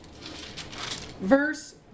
verse